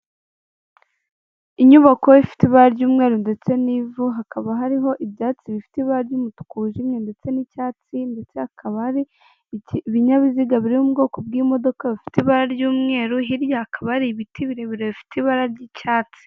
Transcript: Inyubako ifite ibara ry'umweru ndetse n'ivu, hakaba hariho ibyatsi bifite ibara ry'umutuku wijimye ndetse n'icyatsi, ndetse hakaba hari ibinyabiziga biri mu bwoko bw'imodoka bifite ibara ry'umweru, hirya hakaba ari ibiti birebire bifite ibara ry'icyatsi.